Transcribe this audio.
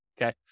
okay